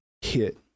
hit